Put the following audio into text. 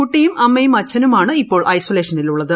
കുട്ടിയും അമ്മയും അച്ചനുമാണ് ഐസൊലേഷനിലുള്ളത്